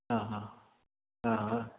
ആ ആ ആ ആ